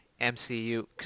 MCU